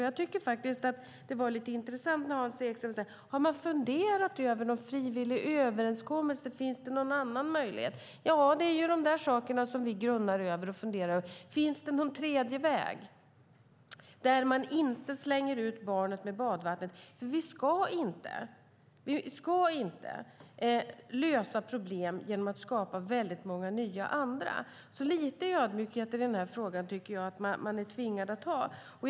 Jag tycker att det var lite intressant när Hans Ekström frågade: Har man funderat över någon frivillig överenskommelse? Finns det någon annan möjlighet? Ja, det är de sakerna som vi grunnar över. Finns det någon tredje väg där man inte slänger ut barnet med badvattnet? Vi ska inte lösa problem genom att skapa många nya andra. Lite ödmjukhet tycker jag att man är tvingad att ha i den här frågan.